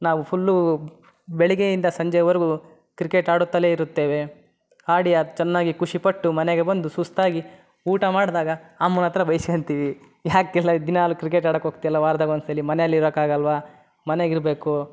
ನಾವು ಫುಲ್ಲು ಬೆಳಿಗ್ಗೆಯಿಂದ ಸಂಜೆವರೆಗೂ ಕ್ರಿಕೆಟ್ ಆಡುತ್ತಲೇ ಇರುತ್ತೇವೆ ಆಡಿ ಚೆನ್ನಾಗಿ ಖುಷಿ ಪಟ್ಟು ಮನೆಗೆ ಬಂದು ಸುಸ್ತಾಗಿ ಊಟ ಮಾಡಿದಾಗ ಅಮ್ಮನತ್ತಿರ ಬೈಸ್ಕೊಂತೀವಿ ಯಾಕೆ ಎಲ್ಲ ದಿನಾಲು ಕ್ರಿಕೆಟ್ ಆಡಕ್ಕೆ ಹೋಗ್ತೀಯಲ್ಲ ವಾರ್ದಾಗೆ ಒಂದ್ಸಲ ಮನ್ಯಲ್ಲಿ ಇರಕ್ಕೆ ಆಗಲ್ಲವಾ ಮನೆಗೆ ಇರಬೇಕು